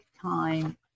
time